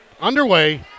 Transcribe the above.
underway